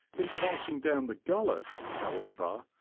in passing down the gullet, however,